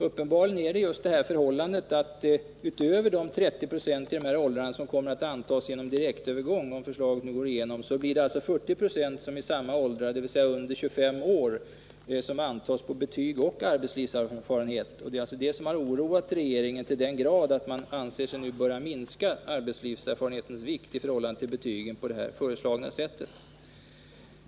Uppenbarligen är det just detta förhållande att utöver de 30 20 i dessa åldrar, som kommer att antas genom direktövergång, om förslaget nu går igenom, blir det 40 760 som i samma åldrar, dvs. under 25 år, antas på betyg och arbetslivserfarenhet. Det är detta som har oroat regeringen till den grad att man anser sig nu böra minska arbetslivserfarenhetens vikt i förhållande till betygen på det föreslagna sättet.